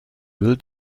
will